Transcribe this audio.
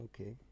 Okay